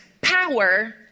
power